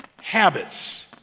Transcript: habits